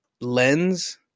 lens